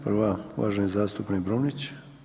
Prva, uvaženi zastupnik Brumnić.